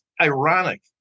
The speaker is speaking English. ironic